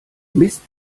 mist